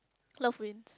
love wins